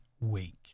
week